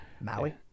Maui